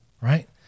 right